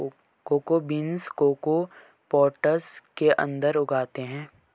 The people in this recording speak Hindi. कोको बीन्स कोको पॉट्स के अंदर उगते हैं